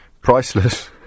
priceless